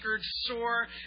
sore